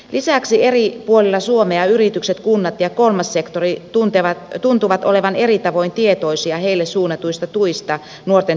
lisäksi eri puolella suomea yritykset kunnat ja kolmas sektori tuntuvat olevan eri tavoin tietoisia heille suunnatuista tuista nuorten työllistämisessä